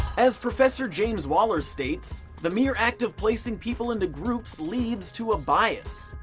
as professor james waller states, the mere act of placing people into groups leads to a bias.